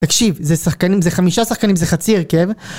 תקשיב, זה שחקנים, זה חמישה שחקנים, זה חצי הרכב.